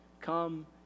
come